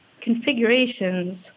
configurations